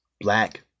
black